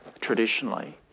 traditionally